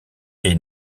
est